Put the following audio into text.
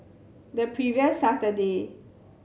the previous Saturday